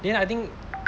then I think